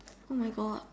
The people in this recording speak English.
oh my God